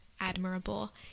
admirable